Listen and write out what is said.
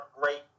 great